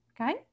okay